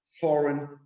foreign